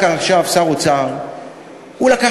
להגיד לי במי להתאהב, עם מי להתחתן.